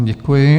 Děkuji.